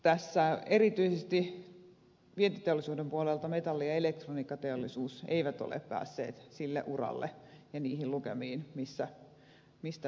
tässä erityisesti vientiteollisuuden puolelta metalli ja elektroniikkateollisuus eivät ole päässeet sille uralle ja niihin lukemiin mistä lähdettiin